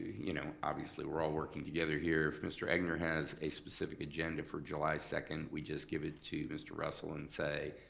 you know obviously we're all working together here, if mr. egnor has a specific agenda for july second, we just give it to mr. russell and mr.